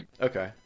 Okay